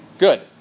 Good